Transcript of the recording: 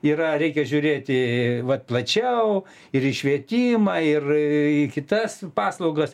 yra reikia žiūrėti vat plačiau ir į švietimą ir į kitas paslaugas